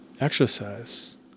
Exercise